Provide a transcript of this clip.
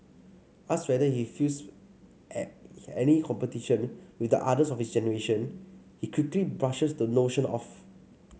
asked whether he feels any competition with the others of his generation he quickly brushes the notion off